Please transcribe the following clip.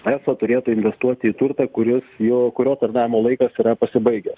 eso turėtų investuoti į turtą kuris jo kurio tarnavimo laikas yra pasibaigęs